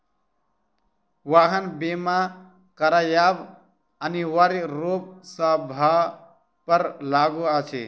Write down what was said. वाहन बीमा करायब अनिवार्य रूप सॅ सभ पर लागू अछि